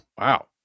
Wow